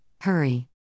hurry